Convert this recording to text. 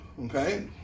okay